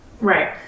Right